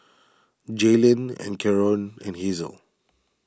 Jaylin and Karon and Hazle